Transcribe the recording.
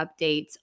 updates